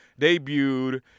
debuted